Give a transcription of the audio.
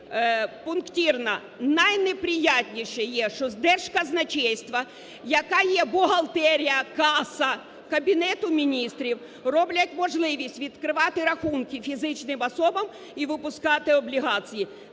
пунктирно. Найнеприятніше є, що з Держказначейства, яка є бухгалтерія, каса Кабінету Міністрів, роблять можливість відкривати рахунки фізичним особам і випускати облігації.